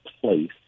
place